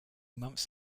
months